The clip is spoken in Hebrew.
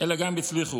אלא גם הצליחו.